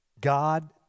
God